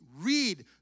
read